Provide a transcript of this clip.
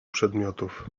przedmiotów